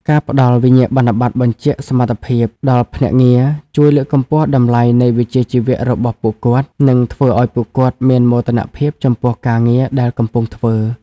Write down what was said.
ការផ្ដល់ "វិញ្ញាបនបត្របញ្ជាក់សមត្ថភាព" ដល់ភ្នាក់ងារ ជួយលើកកម្ពស់តម្លៃនៃវិជ្ជាជីវៈរបស់ពួកគាត់ និងធ្វើឱ្យពួកគាត់មានមោទនភាពចំពោះការងារដែលកំពុងធ្វើ។